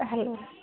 hello